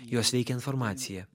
juos veikia informacija